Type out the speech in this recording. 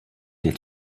der